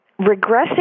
regressing